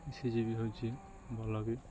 ଇ C G ବି ହେଉଛି ଭଲ ବି